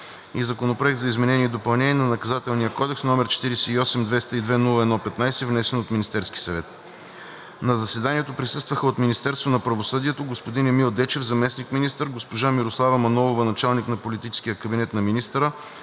и Законопроект за изменение и допълнение на Наказателния кодекс, № 48-202-01-15, внесен от Министерския съвет нa 25 октомври 2022 г. На заседанието присъстваха: от Министерството на правосъдието – господин Емил Дечев – заместник-министър, госпожа Мирослава Манолова – началник на политическия кабинет на министъра,